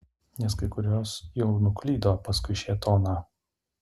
nes kai kurios jau nuklydo paskui šėtoną